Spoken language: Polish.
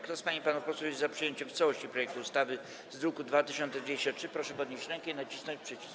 Kto z pań i panów posłów jest za przyjęciem w całości projektu ustawy z druku nr 2203, proszę podnieść rękę i nacisnąć przycisk.